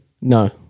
No